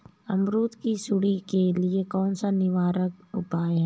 अमरूद की सुंडी के लिए कौन सा निवारक उपाय है?